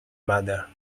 mother